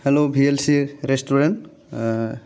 हेल' भि एल सि रेस्टुरेन्ट